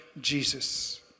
Jesus